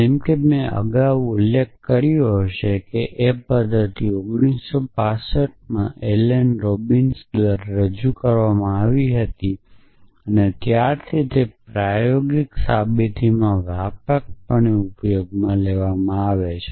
જેમ કે મે અગાઉ ઉલ્લેખ કર્યો હશે તે એ પદ્ધતિ 1965 માં એલન રોબિન્સન દ્વારા રજૂ કરવામાં આવી હતી અને ત્યારથી તે પ્રાયોગિક સાબિતીમાં વ્યાપકપણે ઉપયોગમાં લેવાય છે